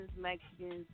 Mexicans